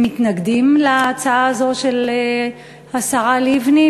מתנגדים להצעה הזאת של השרה לבני,